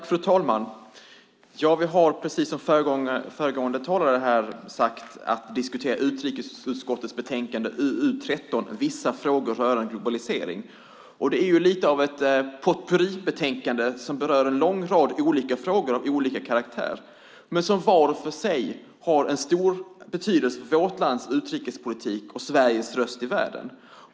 Fru talman! Vi har precis som föregående talare här sagt att diskutera utrikesutskottets betänkande UU13 Vissa frågor rörande globalisering m.m. . Det är lite av ett potpurribetänkande som berör en lång rad frågor av olika karaktär men som var för sig har stor betydelse för vårt lands utrikespolitik och Sveriges röst i världen.